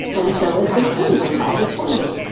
and so is this poison. buy this poison.